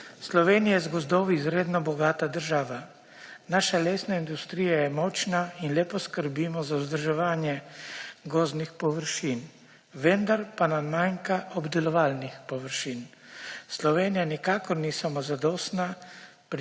Slovenija je z gozdovi izredno bogata država. Naša lesna industrije je močna in lepo skrbimo za vzdrževanje gozdnih površin. Vendar pa nam manjka obdelovalnih površin. Slovenija nikakor ni samozadostna